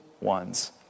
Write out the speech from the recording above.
ones